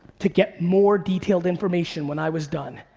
to get more detailed information when i was done.